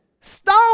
stone